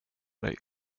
dig